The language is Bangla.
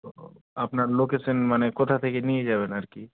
ও আপনার লোকেশন মানে কোথা থেকে নিয়ে যাবেন আর কি